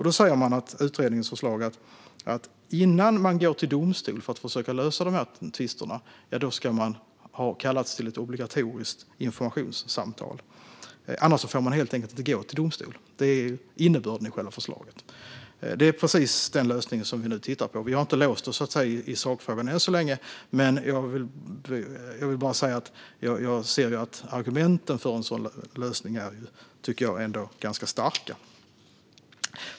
Då är utredningens förslag att innan man går till domstol för att försöka lösa dessa tvister ska man ha kallats till ett obligatoriskt informationssamtal, annars får man helt enkelt inte gå till domstol. Det är innebörden i förslaget. Det är precis den lösningen vi nu tittar på. Vi har inte låst oss i sakfrågan än så länge, men jag tycker ändå att argumenten för en sådan lösning är ganska starka.